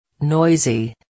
noisy